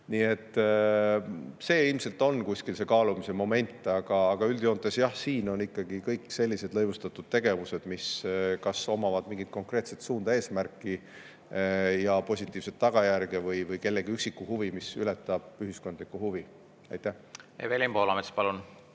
Nii et see ilmselt on kaalumise moment. Aga üldjoontes, jah, siin on ikkagi kõik sellised lõivustatud tegevused, millel on kas mingi konkreetne suund, eesmärk ja positiivne [tulemus] või kellegi üksikisiku huvi, mis ületab ühiskondlikku huvi. Evelin Poolamets, palun!